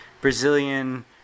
Brazilian